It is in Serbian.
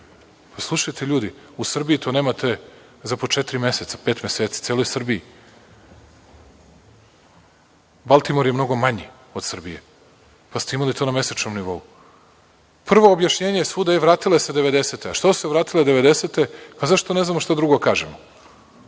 Slušajte ljudi, u Srbiji to nemate za po četiri meseca, pet meseci, u celoj Srbiji. Baltimor je mnogo manji od Srbije pa ste imali to na mesečnom nivou. Prvo objašnjenje je svuda –vratile se devedesete. Što su se vratile devedesete? Zato što ne znamo šta drugo da kažemo.